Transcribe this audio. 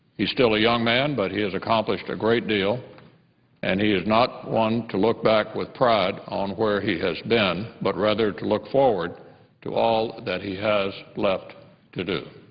he's still a young man, but he has accomplished a great deal and he is not one to look back with pride on where he has been, but, rather, to look forward to all that he has left to do.